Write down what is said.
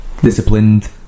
disciplined